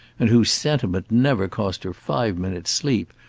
and whose sentiment never cost her five minutes' sleep,